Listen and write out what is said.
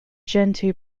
gentoo